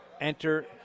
enter